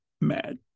mad